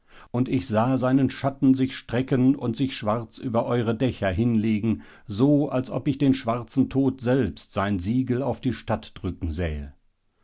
und ich sah seinen schatten sich strecken und sich schwarz über eure dächer hinlegen so als ob ich den schwarzen tod selbst sein siegel auf die stadt drücken sähe